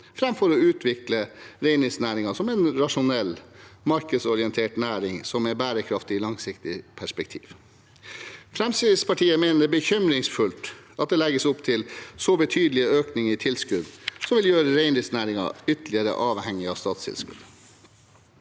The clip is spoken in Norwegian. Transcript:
fremfor å utvikle reindriftsnæringen som en rasjonell, markedsorientert næring som er bærekraftig i et langsiktig perspektiv. Fremskrittspartiet mener det er bekymringsfullt at det legges opp til så betydelig økning i tilskudd, som vil gjøre reindriftsnæringen ytterligere avhengig av statstilskudd.